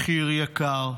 מחיר יקר.